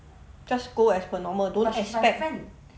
just go as per normal don't expect